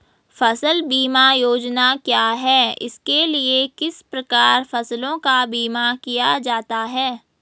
फ़सल बीमा योजना क्या है इसके लिए किस प्रकार फसलों का बीमा किया जाता है?